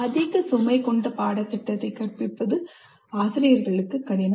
அதிக சுமை கொண்ட பாடத்திட்டத்தை கற்பிப்பது ஆசிரியர்களுக்கு கடினம்